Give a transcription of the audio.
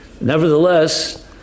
Nevertheless